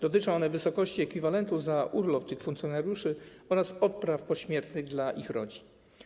Dotyczą one wysokości ekwiwalentu za urlop tych funkcjonariuszy oraz odpraw pośmiertnych dla ich rodzin.